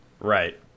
right